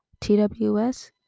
TWS